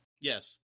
Yes